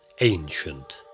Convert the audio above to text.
ancient